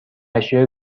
اشیاء